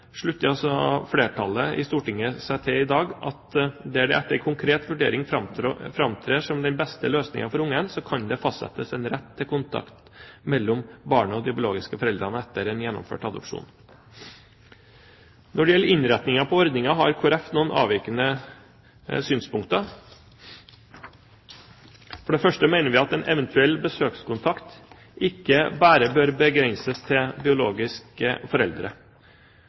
slutter altså flertallet i Stortinget seg i dag til at der det etter en konkret vurdering framtrer som den beste løsningen for barnet, kan det fastsettes en rett til kontakt mellom barnet og de biologiske foreldrene etter en gjennomført adopsjon. Når det gjelder innretningen på ordningen, har Kristelig Folkeparti noen avvikende synspunkter. For det første mener vi at en eventuell besøkskontakt ikke bare bør begrenses til biologiske foreldre.